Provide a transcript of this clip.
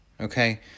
Okay